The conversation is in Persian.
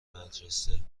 برجسته